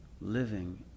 living